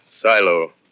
silo